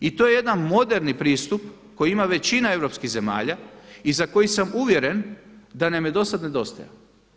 I to je jedan moderni pristup koji ima većina europskih zemalja i za koji sam uvjeren da nam je do sad nedostajao.